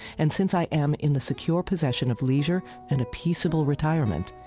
and since i am in the secure possession of leisure and a peaceable retirement,